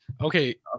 Okay